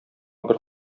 бер